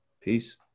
Peace